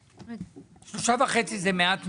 מיליון, 3.5 מיליון זה מעט מידי,